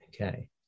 Okay